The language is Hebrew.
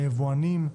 היבואנים,